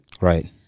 Right